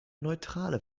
neutrale